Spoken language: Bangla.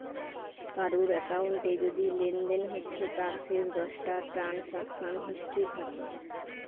কারুর একাউন্টে যদি লেনদেন হচ্ছে তার শেষ দশটা ট্রানসাকশান হিস্ট্রি থাকে